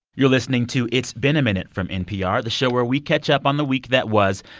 you're listening to it's been a minute from npr, the show where we catch up on the week that was.